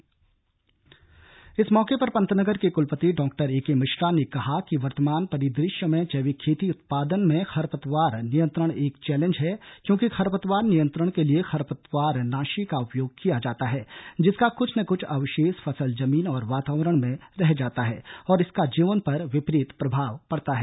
बैठक जारी इस मौके पर पंतनगर के क्लपति डॉक्टर ए के मिश्रा ने कहा कि वर्तमान परिदृश्य में जैविक खेती उत्पादन में खरपतवार नियंत्रण एक चैलेंज है क्योंकि खरपतवार नियंत्रण के लिए खरपतवारनाशी का उपयोग किया जाता है जिसका कुछ न कुछ अवशेष फसल जमीन और वातावरण में रह जाता है और इसका जीवन पर विपरीत प्रभाव पड़ता है